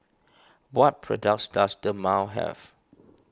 what products does Dermale have